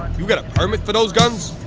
you got a permit for those guns?